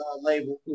label